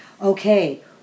Okay